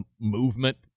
movement